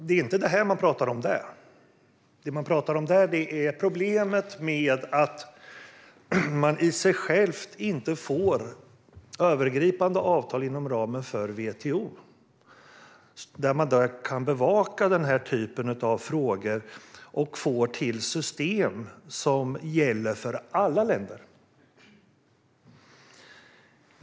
Det är inte detta man talar om där, utan där talar man om problemet med att man inte får övergripande avtal inom ramen för WTO, där man kan bevaka denna typ av frågor och få till system som gäller för alla länder.